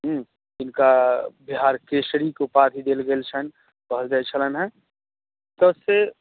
हॅं तिनका बिहार केसरी के उपाधि देल गेल छनि कहल जाई छलनि हैं कते